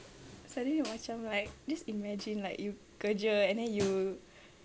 suddenly macam like just imagine like you kerja and then you